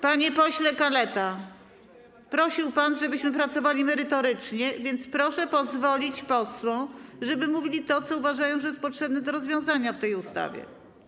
Panie pośle Kaleta, prosił pan, żebyśmy pracowali merytorycznie, więc proszę pozwolić posłom, żeby mówili o tym, co uważają, że potrzeba rozwiązać w tej ustawie.